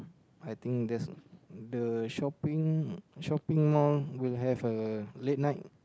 I think that's the shopping shopping mall will have a late night